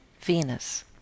Venus